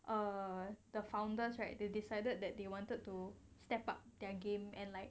err the founders right they decided that they wanted to step up their game and like